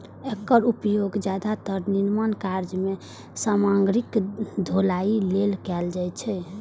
एकर उपयोग जादेतर निर्माण कार्य मे सामग्रीक ढुलाइ लेल कैल जाइ छै